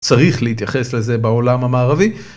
צריך להתייחס לזה בעולם המערבי.